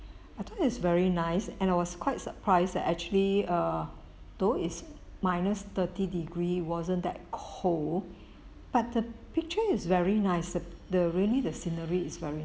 I think is very nice and I was quite surprised that actually err though is minus thirty degree wasn't that cold but the picture is very nice the the really the scenery is very